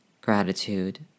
gratitude